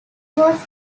was